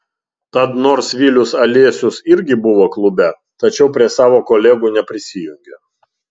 tad nors vilius alesius irgi buvo klube tačiau prie savo kolegų neprisijungė